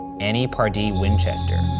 annie pardee winchester,